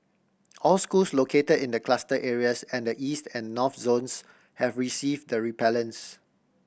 all schools located in the cluster areas and the East and North zones have received the repellents